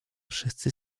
wszyscy